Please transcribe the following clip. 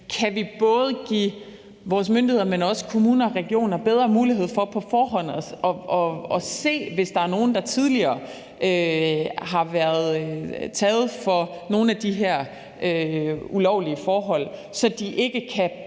om vi både kan give vores myndigheder, men også kommuner og regioner bedre mulighed for på forhånd at se det, hvis der er nogen, der tidligere har været taget for nogle af de her ulovlige forhold, så de ikke bare